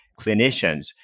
clinicians